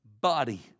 body